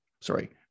Sorry